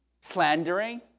slandering